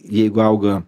jeigu auga